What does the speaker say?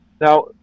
Now